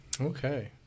Okay